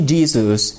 Jesus